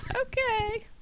Okay